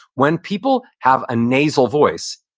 when people have a nasal voice,